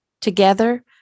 Together